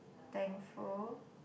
thankful